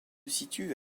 situe